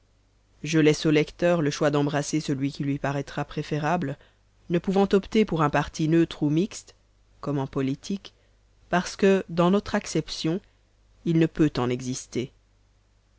je laisse au lecteur le choix d'embrasser celui qui lui paraîtra préférable ne pouvant opter pour un parti neutre ou mixte comme en politique parce que dans notre acception il ne peut en exister